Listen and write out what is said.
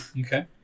Okay